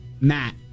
Matt